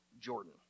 Jordan